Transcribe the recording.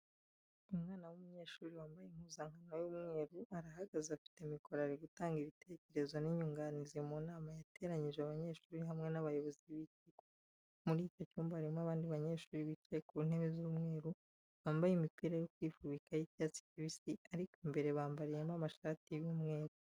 Umwana w'umunyeshuri wambaye impuzankano y'umweru, arahagaze afite mikoro ari gutanga ibitekerezo n'inyunganizi mu nama yateranyije abanyeshuri hamwe n'abayobozi b'ikigo. Muri icyo cyumba harimo abandi banyeshuri bicaye ku ntebe z'umweru, bambaye imipira yo kwifubika y'icyatsi kibisi ariko imbere bambariyemo amashati y'umweru.